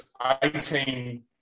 18